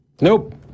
Nope